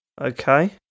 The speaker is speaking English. Okay